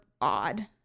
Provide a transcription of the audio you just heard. odd